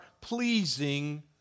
pleasing